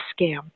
scam